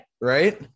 Right